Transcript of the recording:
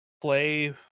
play